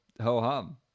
ho-hum